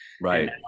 Right